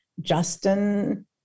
Justin